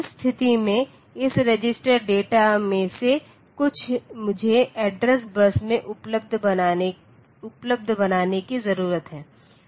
उस स्थिति में इस रजिस्टर डेटा में से कुछ मुझे एड्रेस बस में उपलब्ध बनाने की जरूरत है